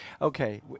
Okay